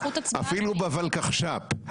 אפילו בוולקחש"פ.